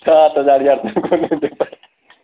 सात हजार यार तुमको नहीं दे पाए